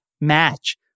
match